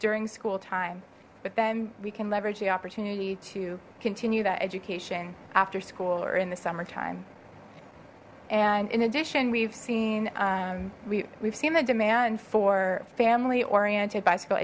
during school time but then we can leverage the opportunity to continue that education after school or in the summertime and in addition we've seen we've seen the demand for family oriented bicycle